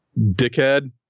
dickhead